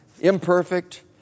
imperfect